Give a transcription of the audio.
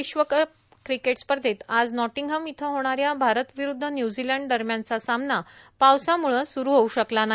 विश्व cup cricket स्पर्धेत आज नॉर्टिंगहम इथं होणाऱ्या भारत विरूद्ध न्य्झिलंड दरम्यानचा सामना पावसाम्ळे स्रू होऊ शकला नाही